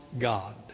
God